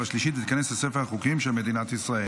22 בעד, אין מתנגדים.